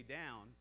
down